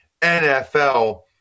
NFL